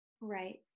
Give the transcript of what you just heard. Right